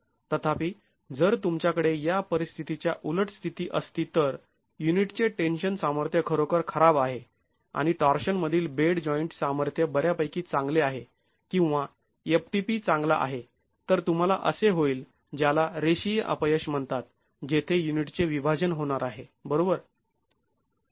तथापि जर तुमच्याकडे या परिस्थितीच्या उलट स्थिती असती तर युनिटचे टेन्शन सामर्थ्य खरोखर खराब आहे आणि टॉर्शन मधील बेड जॉईंट सामर्थ्य बऱ्यापैकी चांगले आहे किंवा ftp चांगला आहे तर तुंम्हाला असे होईल ज्याला रेशीय अपयश म्हणतात जेथे युनिटचे विभाजन होणार आहे बरोबर